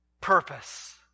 purpose